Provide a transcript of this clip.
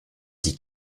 dit